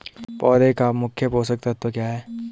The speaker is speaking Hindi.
पौधें का मुख्य पोषक तत्व क्या है?